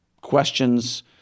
questions